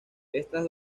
estas